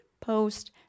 post